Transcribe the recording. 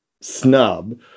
snub